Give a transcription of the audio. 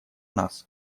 нас